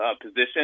position